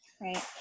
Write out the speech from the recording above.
Right